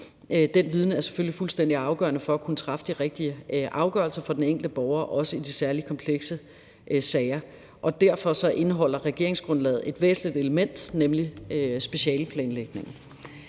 Den viden er selvfølgelig fuldstændig afgørende for at kunne træffe de rigtige afgørelser for den enkelte borgere, også i de særlig komplekse sager. Derfor indeholder regeringsgrundlaget et væsentligt element, nemlig specialeplanlægningen.